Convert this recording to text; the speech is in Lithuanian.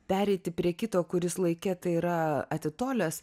pereiti prie kito kuris laike tai yra atitolęs